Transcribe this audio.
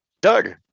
Doug